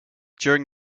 during